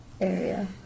area